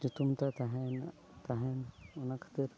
ᱧᱩᱛᱩᱢ ᱛᱟᱭ ᱛᱟᱦᱮᱸᱭᱮᱱᱟ ᱛᱟᱦᱮᱱ ᱚᱱᱟ ᱠᱷᱟᱹᱛᱤᱨ